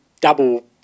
Double